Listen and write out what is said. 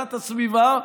הגנת הסביבה,